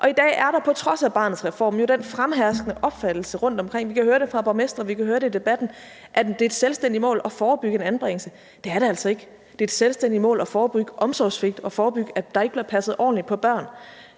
I dag er der jo på trods af Barnets Reform den fremherskende opfattelse rundtomkring – vi kan høre det fra borgmestrene, og vi kan høre det i debatten – at det er et selvstændigt mål at forebygge en anbringelse. Det er det altså ikke. Det er et selvstændigt mål at forebygge omsorgssvigt og forebygge, at der ikke bliver passet ordentligt på børnene